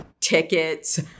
tickets